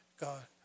God